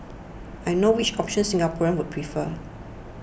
I know which option Singaporeans would prefer